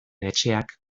etxeak